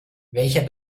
welcher